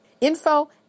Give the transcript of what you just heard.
info